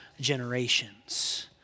generations